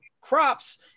crops